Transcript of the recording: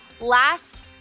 last